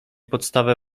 podstawę